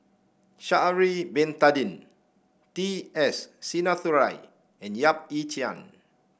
Sha'ari Bin Tadin T S Sinnathuray and Yap Ee Chian